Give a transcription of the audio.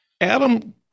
Adam